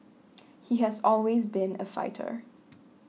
he has always been a fighter